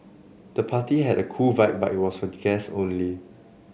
the party had a cool vibe but was for guests only